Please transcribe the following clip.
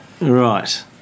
Right